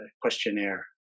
questionnaire